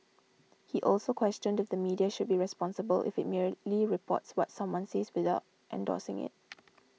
he also questioned if the media should be responsible if it merely reports what someone says without endorsing it